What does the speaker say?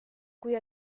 kui